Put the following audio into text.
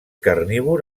carnívor